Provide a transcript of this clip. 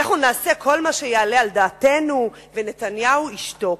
אנחנו נעשה כל מה שיעלה על דעתנו, ונתניהו ישתוק.